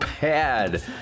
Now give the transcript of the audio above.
bad